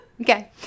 okay